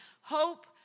Hope